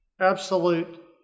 absolute